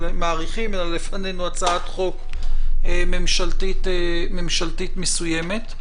אלא לפנינו הצעת חוק ממשלתית מסוימת.